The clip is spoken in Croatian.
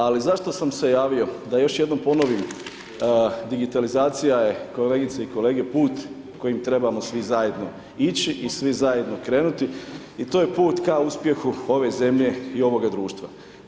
Ali zašto sam se javio, da još jednom ponovim, digitalizacija je, kolegice i kolege, put kojim trebamo svi zajedno ići i svi zajedno krenuti i to je put ka uspjehu ove zemlje i ovoga društva.